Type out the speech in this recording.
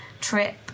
trip